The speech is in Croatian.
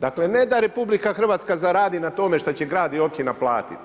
Dakle, ne da Republika Hrvatska zaradi na tome što će grad i općina platiti,